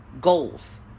goals